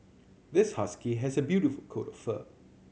this husky has a beautiful coat of fur